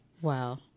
wow